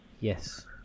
Yes